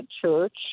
church